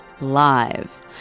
live